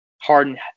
Harden